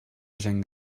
gent